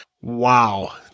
wow